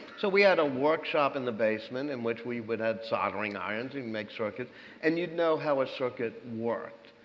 so we had a workshop in the basement in which we would have soldering irons. we'd make circuits and you'd know how a circuit worked.